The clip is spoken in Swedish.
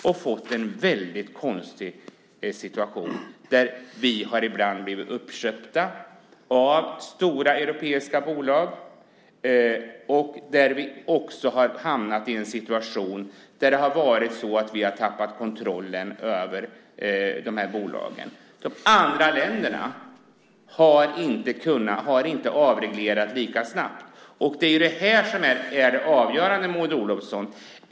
Vi har fått en mycket konstig situation där vi ibland har blivit uppköpta av stora europeiska bolag och tappat kontrollen över dessa bolag. Andra länder har inte avreglerat lika snabbt. Detta är avgörande, Maud Olofsson.